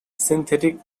synthetic